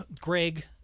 Greg